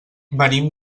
venim